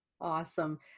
Awesome